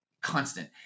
constant